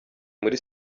muri